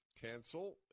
Cancel